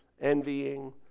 envying